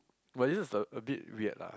but this is a a bit weird lah